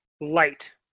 light